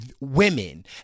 women